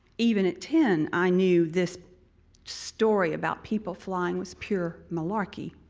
even at ten, i knew this story about people flying was pure malarkey.